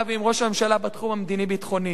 ועם ראש הממשלה בתחום המדיני-ביטחוני.